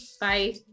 Bye